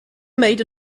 made